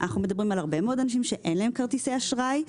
אנחנו מדברים על הרבה מאוד אנשים שאין להם כרטיסי אשראי.